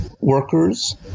workers